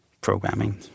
programming